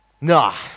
No